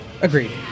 Agreed